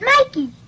Mikey